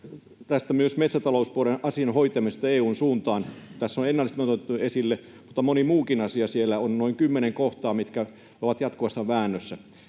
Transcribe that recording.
myös metsätalouspuolen asioiden hoitamisesta EU:n suuntaan. Tässä on ennallistamiset otettu esille, mutta moni muukin asia siellä on, noin kymmenen kohtaa, mitkä ovat jatkuvassa väännössä.